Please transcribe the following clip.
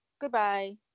Goodbye